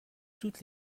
toutes